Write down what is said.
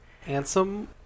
Handsome